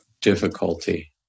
difficulty